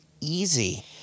easy